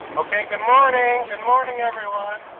okay. good morning. good morning everyone.